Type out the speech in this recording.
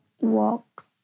walk